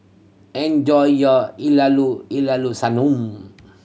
enjoy your sanum